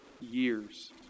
years